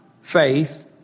faith